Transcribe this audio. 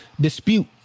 dispute